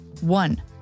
One